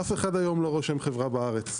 אף אחד היום לא רושם חברה בארץ.